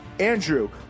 Andrew